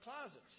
closets